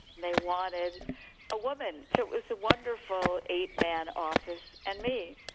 they wanted a woman. it was a wonderful eight man office. and me,